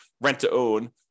rent-to-own